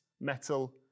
metal